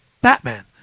Batman